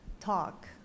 talk